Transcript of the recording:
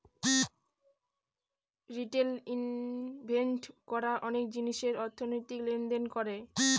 retail ইনভেস্ট রা অনেক জিনিসের অর্থনৈতিক লেনদেন করা